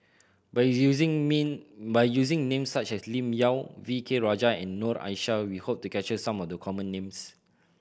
by using name by using names such as Lim Yau V K Rajah and Noor Aishah we hope to capture some of the common names